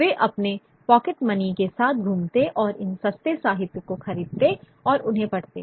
वे अपनी pocket money के साथ घूमते और इन सस्ते साहित्य को खरीदते और उन्हें पढ़ते